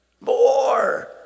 more